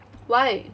why